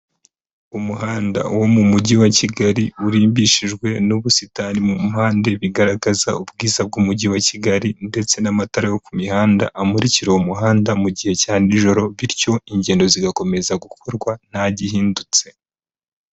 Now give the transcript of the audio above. Umuhanda wo mu mugi wa Kigali urimbishijwe n'ubusitani mu muhanda, Ibi bigaragaza ubwiza bw'umugi wa Kigali kigali ndetse n'amatara yo ku mihanda amurikira uwo umuhanda mu gihe cya nijoro bityo ingendo zigakomeza gukorwa ntagihindutse.